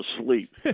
asleep